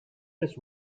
this